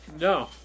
No